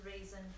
reason